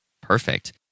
Perfect